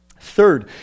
Third